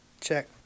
Check